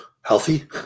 Healthy